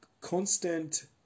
constant